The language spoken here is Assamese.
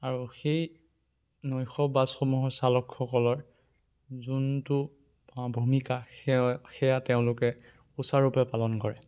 আৰু সেই নৈশ বাছসমূহৰ চালকসকলৰ যোনটো ভূমিকা সেয়া সেয়া তেওঁলোকে সুচাৰুৰূপে পালন কৰে